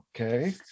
Okay